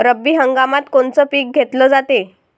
रब्बी हंगामात कोनचं पिक घेतलं जाते?